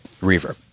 reverb